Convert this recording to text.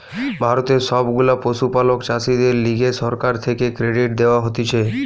ভারতের সব গুলা পশুপালক চাষীদের লিগে সরকার থেকে ক্রেডিট দেওয়া হতিছে